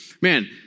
man